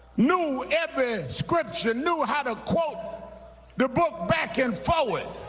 knew every scripture, knew how to quote the book back and forward.